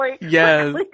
Yes